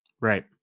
Right